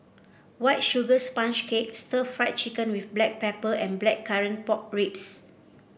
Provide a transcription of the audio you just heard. White Sugar Sponge Cake Stir Fried Chicken with Black Pepper and Blackcurrant Pork Ribs